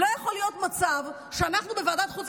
לא יכול להיות מצב שאנחנו בוועדת החוץ